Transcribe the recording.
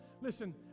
Listen